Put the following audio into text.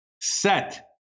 set